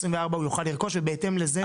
הוא יוכל לרכוש ובהתאם לזה גם הסיכום.